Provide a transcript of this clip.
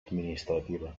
administrativa